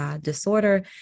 disorder